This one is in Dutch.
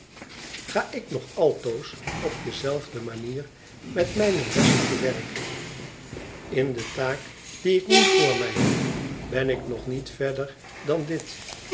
ga ik nog altoos op dezelfde manier met mijne lessen te werk in de taak die ik nu voor mij heb ben ik nog niet verder dan dit